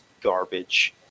garbage